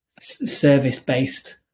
service-based